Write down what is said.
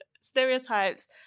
stereotypes